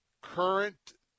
current